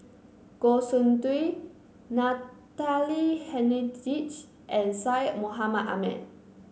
Goh Soon Tioe Natalie Hennedige and Syed Mohamed Ahmed